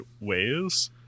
ways